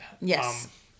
yes